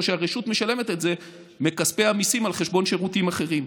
או שהרשות משלמת את זה מכספי המיסים על חשבון שירותים אחרים.